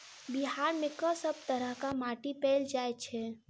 बिहार मे कऽ सब तरहक माटि पैल जाय छै?